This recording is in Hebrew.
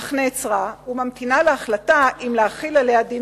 אך נעצרה וממתינה להחלטה אם להחיל עליה דין